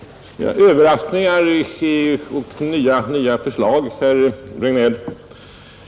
Överraskningar och nya förslag talade herr Regnéll om.